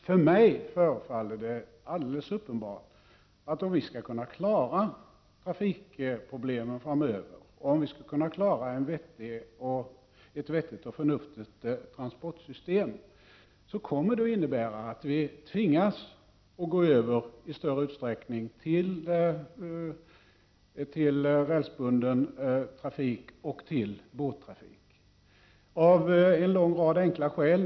För mig förefaller det alldeles uppenbart, att om vi skall kunna klara trafikproblemen framöver och om vi skall kunna klara ett vettigt och förnuftigt transportsystem, kommer det att innebära att vi tvingas i större utsträckning gå över till rälsbunden trafik och till båttrafik. Detta av en lång rad enkla skäl.